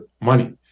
money